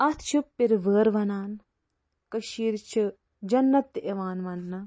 اتھ چھِ پِرٕوٲر ونان کٔشیٖرِ چھِ جنت یِوان ونٕنہٕ